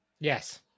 Yes